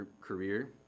career